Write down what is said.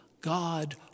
God